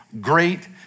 great